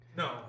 No